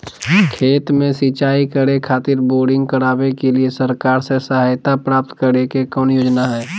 खेत में सिंचाई करे खातिर बोरिंग करावे के लिए सरकार से सहायता प्राप्त करें के कौन योजना हय?